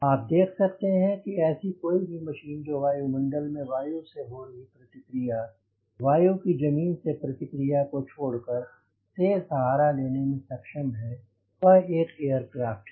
आप देख सकते हैं कि ऐसी कोई भी मशीन जो वायुमंडल में वायु से हो रही प्रतिक्रिया वायु की जमीन से प्रतिक्रिया को छोड़कर से सहारा लेने में सक्षम है वह एक एयरक्राफ़्ट है